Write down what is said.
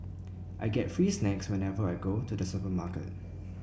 I get free snacks whenever I go to the supermarket